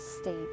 state